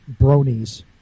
bronies